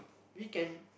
we can